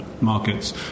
Markets